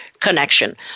Connection